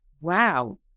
wow